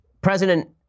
President